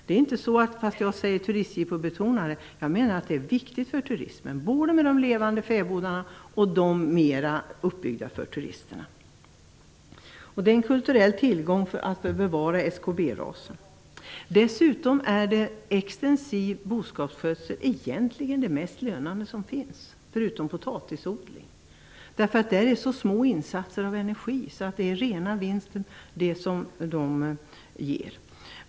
Jag menar inte det turistjippobetonade utan att det är viktigt för turismen både med de levande fäbodarna och med dem som mera är uppbyggda för turisterna. Fäbodarna är en kulturell tillgång för att bevara SKB rasen. Dessutom är extensiv boskapsskötsel egentligen det mest lönande som finns, förutom potatisodling. Det är fråga om så små insatser av energi att det som man får ut är rena vinsten.